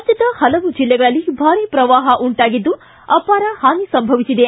ರಾಜ್ಯದ ಹಲವು ಜಿಲ್ಲೆಗಳಲ್ಲಿ ಭಾರೀ ಪ್ರವಾಹ ಉಂಟಾಗಿದ್ದು ಅಪಾರ ಹಾನಿ ಸಂಭವಿಸಿದೆ